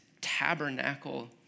tabernacle